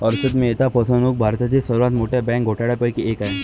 हर्षद मेहता फसवणूक भारतातील सर्वात मोठ्या बँक घोटाळ्यांपैकी एक आहे